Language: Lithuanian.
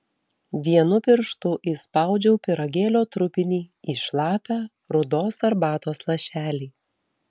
vienu pirštu įspaudžiau pyragėlio trupinį į šlapią rudos arbatos lašelį